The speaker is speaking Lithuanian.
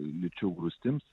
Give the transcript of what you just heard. lyčių grūstims